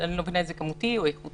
שאני לא מבינה אם זה כמותי, או איכותי,